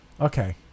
Okay